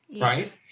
Right